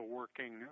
working